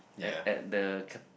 at at the